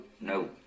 no